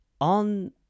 on